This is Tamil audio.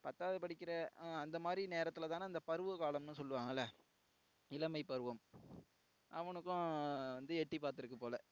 பத்தாவது படிக்கிற அந்தமாதிரி நேரத்தில் தானே அந்த பருவகாலம்ன்னு சொல்லுவாங்கல்ல இளமை பருவம் அவனுக்கும் வந்து எட்டி பார்த்துருக்கு போல்